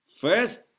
first